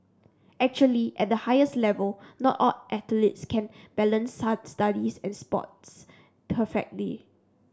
actually at the highest level not all athletes can balance studies and sports perfectly